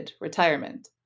retirement